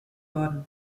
worden